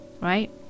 right